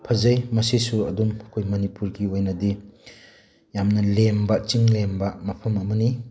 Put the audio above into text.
ꯐꯖꯩ ꯃꯁꯤꯁꯨ ꯑꯗꯨꯝ ꯑꯩꯈꯣꯏ ꯃꯅꯤꯄꯨꯔꯒꯤ ꯑꯣꯏꯅꯗꯤ ꯌꯥꯝꯅ ꯂꯦꯝꯕ ꯆꯤꯡ ꯂꯦꯝꯕ ꯃꯐꯝ ꯑꯃꯅꯤ